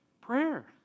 Prayer